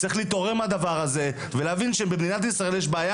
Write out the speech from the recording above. צריך להתעורר מהדבר הזה ולהבין שבמדינת ישראל יש בעיה